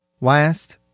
Last